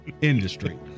industry